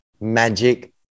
magic